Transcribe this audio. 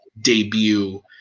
debut